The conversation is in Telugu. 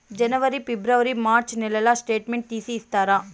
జనవరి, ఫిబ్రవరి, మార్చ్ నెలల స్టేట్మెంట్ తీసి ఇస్తారా?